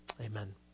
Amen